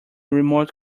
remote